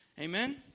Amen